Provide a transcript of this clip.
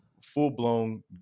full-blown